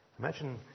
Imagine